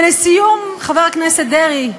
ולסיום, חבר הכנסת דרעי,